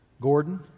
Gordon